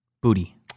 Booty